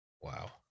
wow